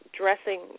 dressing